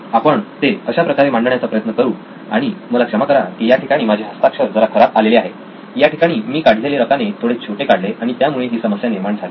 आपण ते अशाप्रकारे मांडण्याचा प्रयत्न करू आणि मला क्षमा करा की याठिकाणी माझे हस्ताक्षर जरा खराब आलेले आहे या ठिकाणी मी काढलेले रकाने थोडे छोटे काढले आणि त्यामुळे ही समस्या निर्माण झाली